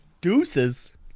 Deuces